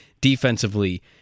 Defensively